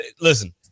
listen